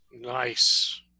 Nice